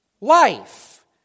life